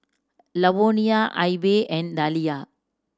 Lavonia Ivey and Dalia